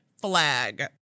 flag